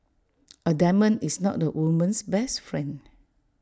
A diamond is not A woman's best friend